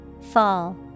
Fall